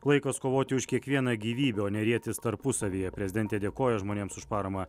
laikas kovoti už kiekvieną gyvybę o ne rietis tarpusavyje prezidentė dėkoja žmonėms už paramą